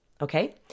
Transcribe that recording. Okay